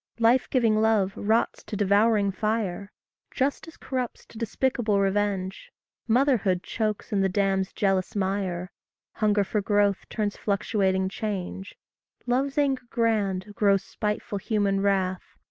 life-giving love rots to devouring fire justice corrupts to despicable revenge motherhood chokes in the dam's jealous mire hunger for growth turns fluctuating change love's anger grand grows spiteful human wrath,